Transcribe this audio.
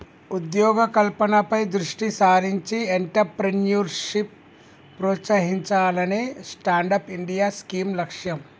ఉద్యోగ కల్పనపై దృష్టి సారించి ఎంట్రప్రెన్యూర్షిప్ ప్రోత్సహించాలనే స్టాండప్ ఇండియా స్కీమ్ లక్ష్యం